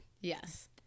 yes